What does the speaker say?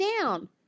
down